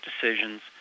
decisions